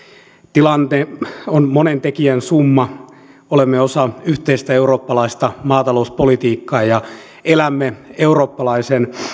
tilanne on monen tekijän summa olemme osa yhteistä eurooppalaista maatalouspolitiikkaa ja elämme eurooppalaisen